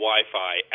Wi-Fi